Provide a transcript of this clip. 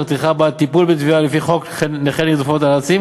טרחה בעד טיפול בתביעה לפי חוק נכי רדיפות הנאצים